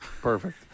perfect